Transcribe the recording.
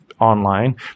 online